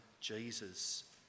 Jesus